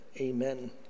amen